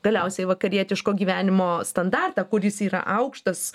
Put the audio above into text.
galiausiai vakarietiško gyvenimo standartą kuris yra aukštas